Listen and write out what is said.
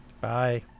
Bye